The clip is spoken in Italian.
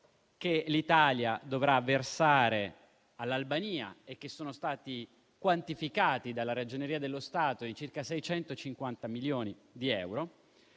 che l'Italia dovrà versare all'Albania, che sono stati quantificati dalla Ragioneria generale dello Stato in circa 650 milioni di euro.